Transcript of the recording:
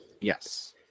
Yes